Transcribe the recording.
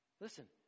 Listen